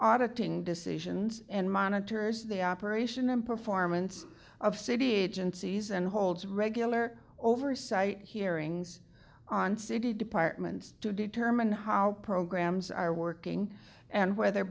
auditing decisions and monitors the operation and performance of city agencies and holds regular oversight hearings on city departments to determine how programs are working and whether